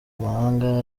mahanga